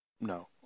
No